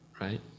right